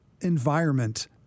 environment